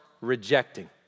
rejecting